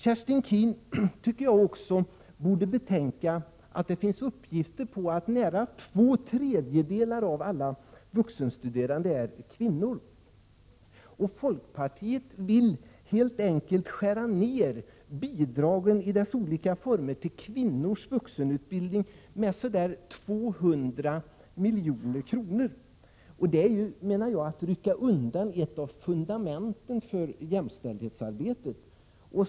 Kerstin Keen borde betänka att det finns uppgifter på att nära två tredjedelar av alla vuxenstuderande är kvinnor. Folkpartiet vill helt enkelt skära ned bidraget i dess olika former till kvinnors vuxenutbildning med ungefär 200 milj.kr. Det är att rycka undan ett av fundamenten för jämställdhetsarbetet.